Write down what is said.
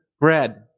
bread